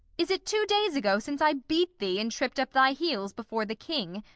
is it two days ago since i beat thee and tripp'd up thy heels before the king?